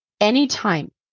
Anytime